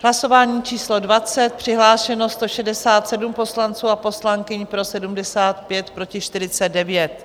Hlasování číslo 20, přihlášeno 167 poslanců a poslankyň, pro 75, proti 49.